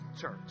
church